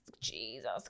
Jesus